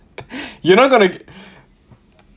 you're not gonna